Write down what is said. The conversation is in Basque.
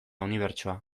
unibertsoa